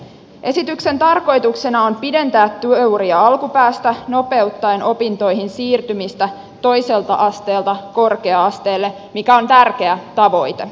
esityksen tarkoituksena on pidentää työuria alkupäästä nopeuttaen opintoihin siirtymistä toiselta asteelta korkea asteelle mikä on tärkeä tavoite